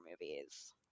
movies